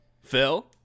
Phil